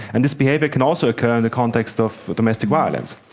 and this behaviour can also occur in the context of domestic violence.